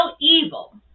evil